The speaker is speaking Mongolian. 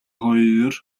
хоёр